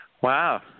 Wow